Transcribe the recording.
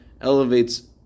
elevates